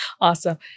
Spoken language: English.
Awesome